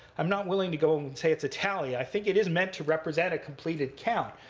i'm not willing to go and say it's a tally. i think it is meant to represent a completed count.